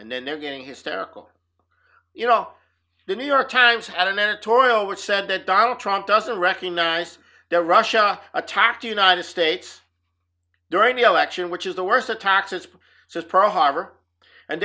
and then they're getting hysterical you know the new york times had an editorial which said that donald trump doesn't recognize the russia attacked united states during the election which is the worst attacks is just pearl harbor and